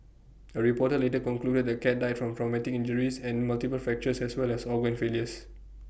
A reporter later concluded the cat died from from medic injuries and multiple fractures as well as organ failures